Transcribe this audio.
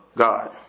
God